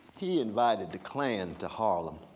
he invited the klan to harlem.